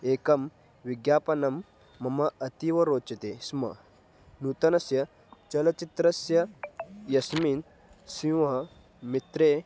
एकं विज्ञापनं मम अतीव रोचते स्म नूतनस्य चलचित्रस्य यस्मिन् सिंह मित्रे